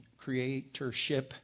creatorship